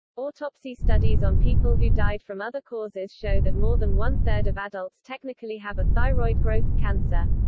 autopsy studies on people who died from other causes show that more than one third of adults technically have a thyroid growth cancer.